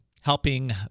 helping